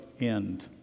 end